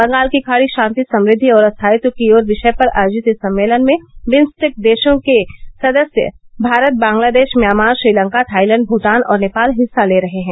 बंगाल की खाड़ी ान्ति समृद्धि और स्थायित्व की ओर विाय पर आयोजित इस सम्मेलन में बिम्स्टेक देशों के सदस्य भारत बांग्लादेश म्यामार श्रीलंका थाईलैण्ड भूटान और नेपाल हिस्सा ले रहे हैं